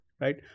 right